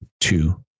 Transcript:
Two